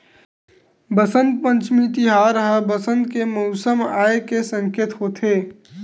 बसंत पंचमी तिहार ह बसंत के मउसम आए के सकेत होथे